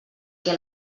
què